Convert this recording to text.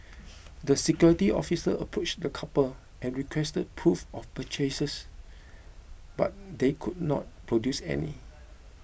the security officer approached the couple and requested proof of purchases but they could not produce any